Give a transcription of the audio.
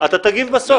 אתה תגיב בסוף.